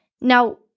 Now